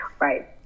Right